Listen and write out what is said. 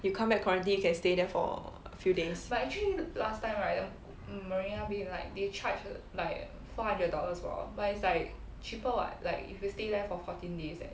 you come back quarantine you can stay there for a few days